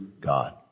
God